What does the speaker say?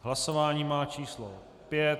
Hlasování má číslo 5.